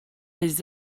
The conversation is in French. les